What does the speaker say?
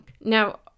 Now